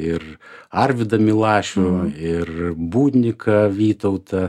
ir arvydą milašių ir budniką vytautą